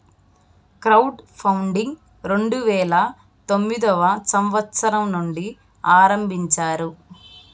crowd funding రెండు వేల తొమ్మిదవ సంవచ్చరం నుండి ఆరంభించారు